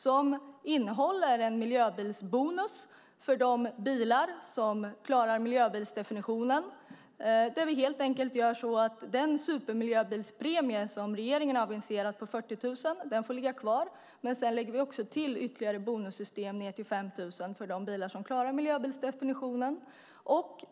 Det innehåller en miljöbilsbonus för de bilar som klarar miljöbilsdefinitionen där vi helt enkelt gör så att den supermiljöbilspremie på 40 000 som regeringen har aviserat får ligga kvar, men sedan lägger vi också till ytterligare bonussystem ned till 5 000 för de bilar som klarar miljöbilsdefinitionen.